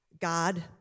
God